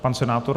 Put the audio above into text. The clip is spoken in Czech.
Pan senátor.